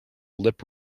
lip